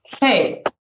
hey